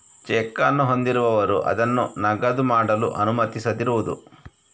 check ಅನ್ನು ಹೊಂದಿರುವವರು ಅದನ್ನು ನಗದು ಮಾಡಲು ಅನುಮತಿಸದಿರುವುದು